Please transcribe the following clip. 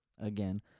again